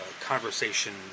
conversation